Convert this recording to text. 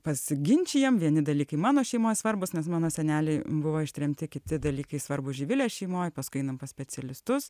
pasiginčijam vieni dalykai mano šeimoj svarbūs nes mano seneliai buvo ištremti kiti dalykai svarbūs živilės šeimoj paskui einam pas specialistus